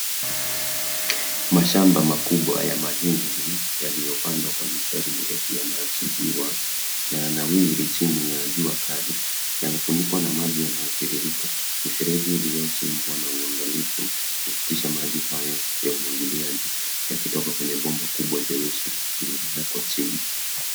Mashamba makubwa ya mahindi yaliyopandwa kwa mistari mirefu yanaachiliwa yananawiri chini ya jua kali. Yamefunikwa na maji yanayotiririka. Mifereji iliyochimbwa na uangalifu hupitisha maji hayo ya umwagiliaji yakitoka kwenye bomba kubwa jeusi lililowekwa chini.